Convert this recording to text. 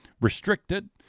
restricted